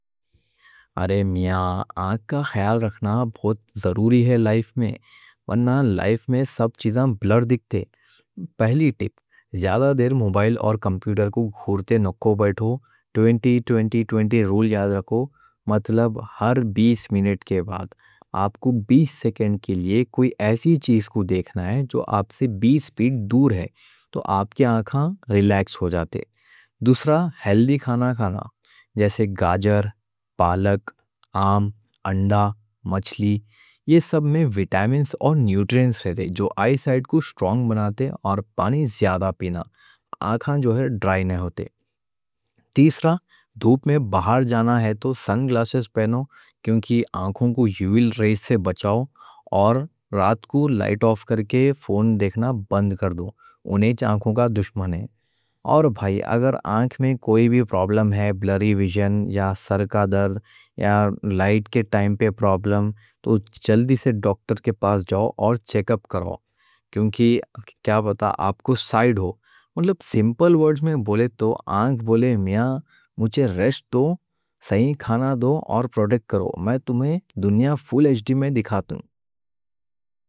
ارے میاں آنکھ کا خیال رکھنا بہت ضروری ہے لائف میں، ونہاں لائف میں سب چیزاں بلر دکھتے۔ پہلی ٹپ: زیادہ دیر موبائل اور کمپیوٹر کو گھورتے نکو بیٹھو، ٹوئنٹی ٹوئنٹی ٹوئنٹی رول یاد رکھو۔ مطلب ہر بیس منٹ کے بعد آپ کو بیس سیکنڈ کے لیے کوئی ایسی چیز کو دیکھنا ہے جو آپ سے بیس فٹ دور ہے، تو آپ کے آنکھاں ریلیکس ہو جاتے۔ دوسرا ہیلدی کھانا کھانا جیسے گاجر، پالک، آم، انڈا، مچھلی۔ یہ سب میں وٹامنز اور نیوٹرینٹس رہتے جو آئی سائٹ کو سٹرونگ بناتے اور پانی زیادہ پینا، آنکھاں جو ہے ڈرائی نہ ہوتے۔ تیسرا دھوپ میں باہر جانا ہے تو سن گلاسز پہنو کیونکہ آنکھوں کو یو وی ریز سے بچاؤ۔ اور رات کو لائٹ آف کر کے فون دیکھنا بند کر دو، اندھیرا آنکھوں کا دشمن ہے۔ اور بھائی اگر آنکھ میں کوئی بھی پرابلم ہے، بلری وژن یا سر کا درد یا لائٹ کے ٹائم پہ پرابلم، تو جلدی سے ڈاکٹر کے پاس جاؤ اور چیک اپ کرو کیونکہ کیا پتہ آپ کو سائٹ ہو۔ مطلب سمپل ورڈز میں بولے تو آنکھ بولے: میاں، مجھے ریسٹ دو، صحیح کھانا دو اور پروٹیکٹ کرو۔ میں تمہیں دنیا فول ایچ ڈی میں دکھاتا ہوں۔